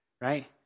right